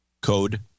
Code